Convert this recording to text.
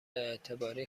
اعتباری